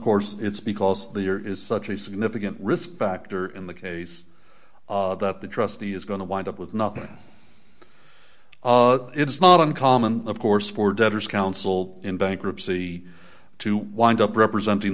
course it's because the year is such a significant risk factor in the case that the trustee is going to wind up with nothing it's not uncommon of course for debtors counsel in bankruptcy to wind up representing